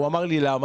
הוא שאל למה.